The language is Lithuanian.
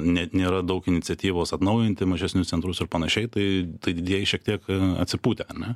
net nėra daug iniciatyvos atnaujinti mažesnius centrus ir panašiai tai didieji šiek tiek atsipūtę ane